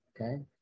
okay